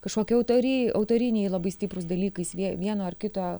kažkokie autory autoriniai labai stiprūs dalykais vie vieno ar kito